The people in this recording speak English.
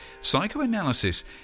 psychoanalysis